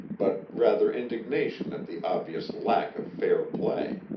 but rather indignation at the obvious lack of fair play.